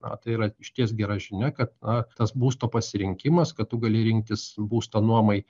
na tai yra išties gera žinia kad na tas būsto pasirinkimas kad tu gali rinktis būstą nuomai